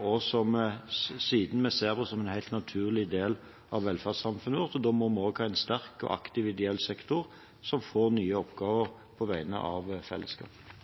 og som vi siden ser som en helt naturlig del av velferdssamfunnet vårt, og da må vi også ha en sterk og aktiv ideell sektor som får nye oppgaver på vegne av